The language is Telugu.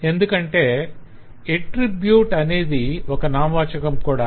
ఎందుకంటే ఎట్త్రిబ్యూట్ అనేది ఒక నామవాచకం కూడా